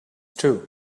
true